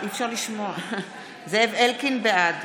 בעד